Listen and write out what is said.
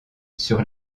sur